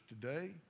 today